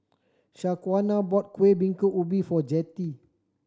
Shaquana bought Kueh Bingka Ubi for Jettie